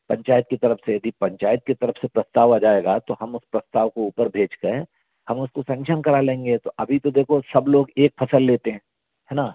पंचायत की तरफ़ से यदि पंचायत की तरफ़ से प्रस्ताव आ जाएगा तो हम उस प्रस्ताव को ऊपर भेज के हम उसको सेंक्शन करा लेंगे तो अभी तो देखो सब लोग एक फ़सल लेते हैं है ना